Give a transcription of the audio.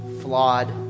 flawed